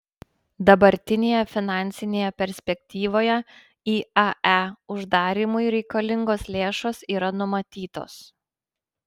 dabartinėje finansinėje perspektyvoje iae uždarymui reikalingos lėšos yra numatytos